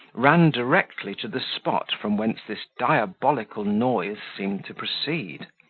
ran directly to the spot from whence this diabolical noise seemed to proceed.